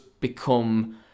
become